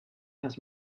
has